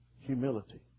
Humility